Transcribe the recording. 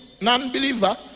non-believer